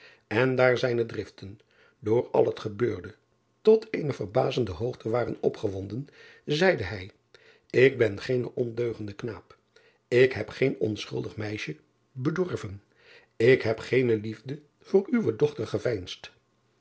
en daar zijne driften door al het gebeurde tot eene verbazende hoogte waren opgewonden zeide hij k ben geene ondeugende knaap ik heb geen onschuldig meisje bedorven ik heb geene liefde voor uwe dochter geveinsd